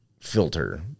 filter